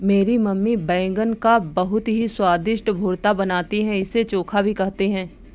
मेरी मम्मी बैगन का बहुत ही स्वादिष्ट भुर्ता बनाती है इसे चोखा भी कहते हैं